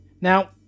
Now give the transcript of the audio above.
Now